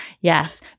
Yes